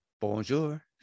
bonjour